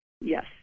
Yes